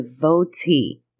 devotee